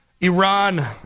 Iran